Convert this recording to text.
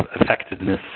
effectiveness